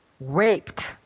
raped